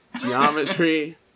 Geometry